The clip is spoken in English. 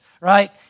right